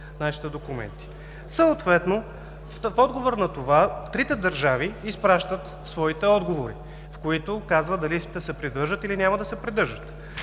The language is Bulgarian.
Съответно в отговор на това трите държави изпращат своите отговори, в които казват дали ще се придържат, или няма да се придържат.